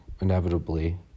inevitably